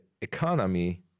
economy